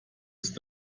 ist